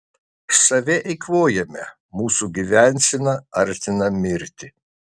save eikvojame mūsų gyvensena artina mirtį